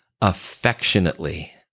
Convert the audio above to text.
affectionately